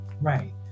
Right